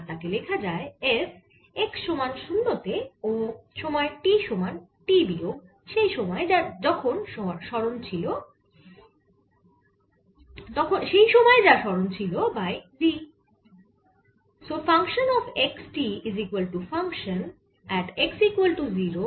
আর তাকে লেখা যায় f x সমান 0 তে ও সময় t সমান t বিয়োগ সেই সময়ে যা সরণ ছিল বাই v